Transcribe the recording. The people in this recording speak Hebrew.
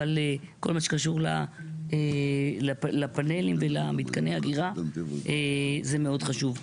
אבל כל מה שקשור לפנלים ולמתקני אגירה מאוד חשוב.